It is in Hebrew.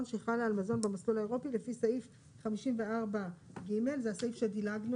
שחלה על מזון במסלול האירופי לפי סעיף 54 ג' זה הסעיף שדילגנו